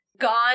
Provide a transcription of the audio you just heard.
Gone